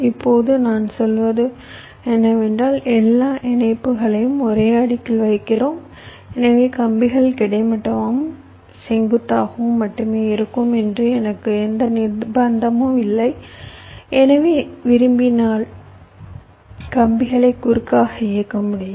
இப்போது நான் சொல்வது என்னவென்றால் எல்லா இணைப்புகளையும் ஒரே அடுக்கில் வைக்கிறோம் எனவே கம்பிகள் கிடைமட்டமாகவும் செங்குத்தாகவும் மட்டுமே இருக்கும் என்று எனக்கு எந்த நிர்ப்பந்தமும் இல்லை எனவே விரும்பினால் கம்பிகளை குறுக்காக இயக்க முடியும்